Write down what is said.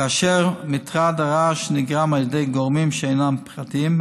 כאשר מטרד הרעש נגרם על ידי גורמים שאינם פרטיים,